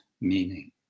meaning